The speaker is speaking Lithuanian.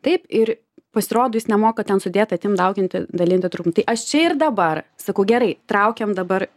taip ir pasirodo jis nemoka ten sudėt atimt dauginti dalinti tai aš čia ir dabar sakau gerai traukiam dabar